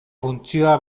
funtzioa